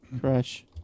Crash